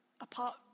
apart